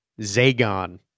Zagon